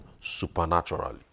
supernaturally